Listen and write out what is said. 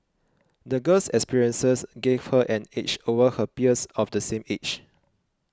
the girl's experiences gave her an edge over her peers of the same age